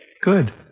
Good